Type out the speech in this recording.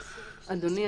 אדוני,